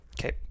Okay